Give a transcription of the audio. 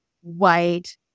white